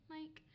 Mike